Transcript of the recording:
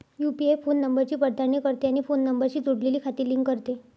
UPI phone नंबरची पडताळणी करते आणि फोन नंबरशी जोडलेली खाती लिंक करते